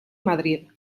madrid